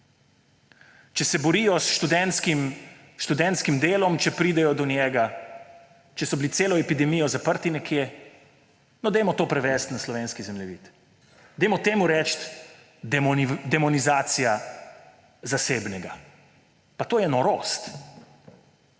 če se borijo s študentskim delom, če pridejo do njega, če so bili celo epidemijo zaprti nekje … No, prevedimo to na slovenski zemljevid. Dajmo temu reči demonizacija zasebnega. Pa, to je norost.